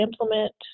implement